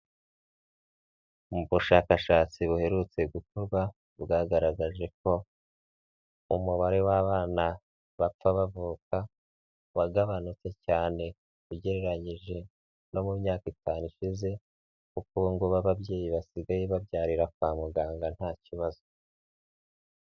Mu bushakashatsi buherutse gukorwa bwagaragaje ko umubare w'abana bapfa bavuka wagabanutse cyane ugereranyije no mu myaka itanu ishize, kuko ubu ngubu ababyeyi basigaye babyarira kwa muganga nta kibazo.